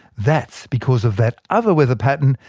that's because of that other weather pattern,